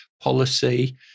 policy